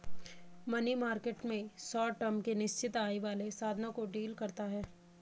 money market में short term के निश्चित आय वाले साधनों को डील करता है